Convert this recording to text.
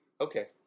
Okay